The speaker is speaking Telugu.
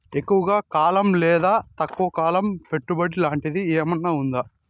ఎక్కువగా కాలం లేదా తక్కువ కాలం పెట్టుబడి లాంటిది ఏమన్నా ఉందా